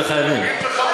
את זה חייבים.